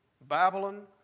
Babylon